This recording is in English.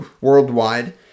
worldwide